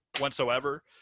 whatsoever